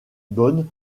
bonnes